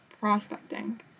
prospecting